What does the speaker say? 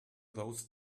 those